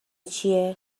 چیه